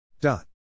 dot